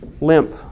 limp